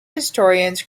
historians